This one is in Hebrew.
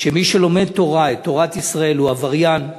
שמי שלומד תורה, את תורת ישראל, הוא עבריין,